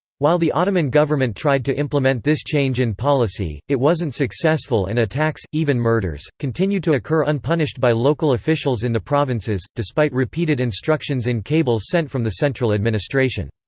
while the ottoman government tried to implement this change in policy, it wasn't successful and attacks, even murders, continued to occur unpunished by local officials in the provinces, despite repeated instructions in cables sent from the central administration.